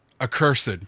Accursed